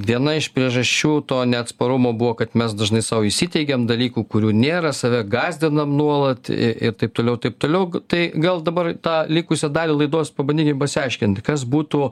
viena iš priežasčių to neatsparumo buvo kad mes dažnai sau įsiteigiam dalykų kurių nėra save gąsdinam nuolat ir taip toliau taip toliau tai gal dabar tą likusią dalį laidos pabandykim pasiaiškinti kas būtų